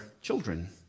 children